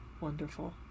wonderful